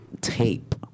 tape